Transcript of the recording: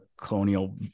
colonial